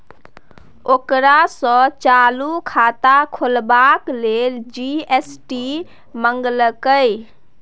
ओकरा सँ चालू खाता खोलबाक लेल जी.एस.टी मंगलकै